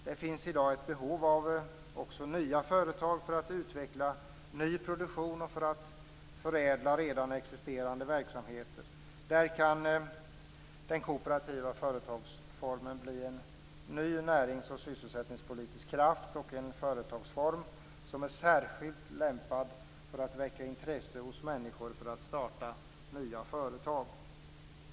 Det finns i dag ett behov av nya företag för att utveckla ny produktion och förädla redan existerande verksamheter. Där kan den kooperativa företagsformen bli en ny närings och sysselsättningspolitisk kraft och en företagsform som är särskilt lämpad för att väcka intresse hos människor för att starta företag.